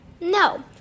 No